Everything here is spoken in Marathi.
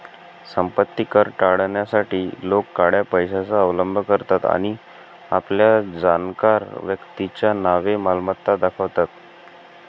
संपत्ती कर टाळण्यासाठी लोक काळ्या पैशाचा अवलंब करतात आणि आपल्या जाणकार व्यक्तीच्या नावे मालमत्ता दाखवतात